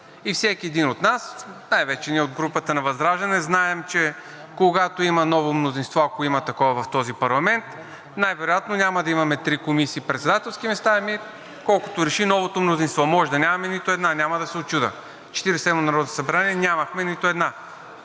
и всеки един от нас, най-вече ние от групата на ВЪЗРАЖДАНЕ знаем, че когато има ново мнозинство, ако има такова в този парламент, най-вероятно няма да имаме на три комисии председателски места, ами колкото реши новото мнозинство. Може да нямаме нито една, няма да се учудя. В Четиридесет и седмото народно събрание нямахме нито една.